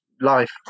life